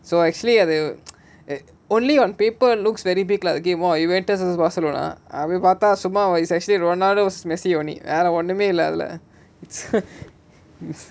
so actually err அது:adhu only on paper looks very big அது பார்த்த:adhu paartha actually ronaldo and messi only வேற ஒண்ணுமே இல்ல அதுல:vera onnumae illa adhula